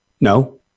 No